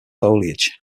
foliage